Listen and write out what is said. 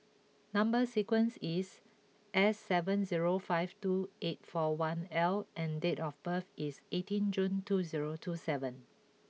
number sequence is S seven zero five two eight four one L and date of birth is eighteen June two zero two seven